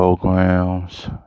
programs